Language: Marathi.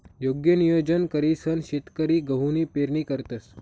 योग्य नियोजन करीसन शेतकरी गहूनी पेरणी करतंस